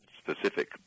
specific